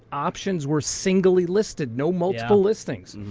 options were singly listed. no multiple listings.